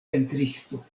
pentristo